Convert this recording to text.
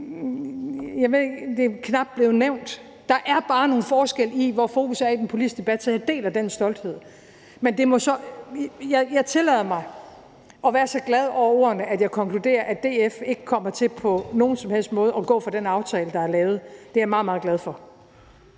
knap nok er blevet nævnt. Der er bare nogle forskelle på, hvor fokus er i den politiske debat, så jeg deler den stolthed. Jeg tillader mig at være så glad over ordene, at jeg konkluderer, at DF ikke kommer til på nogen som helst måde at gå fra den aftale, der er lavet. Det er jeg meget, meget glad for.